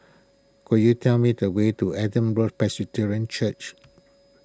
could you tell me the way to Adam Road Presbyterian Church